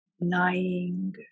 denying